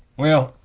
well,